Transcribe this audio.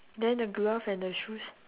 then the glove and the shoes